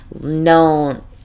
known